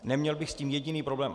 Neměl bych s tím jediný problém.